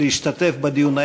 להשתתף בדיון.